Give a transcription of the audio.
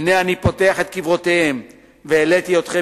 הנה אני פותח את קברותיכם והעליתי אתכם